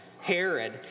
Herod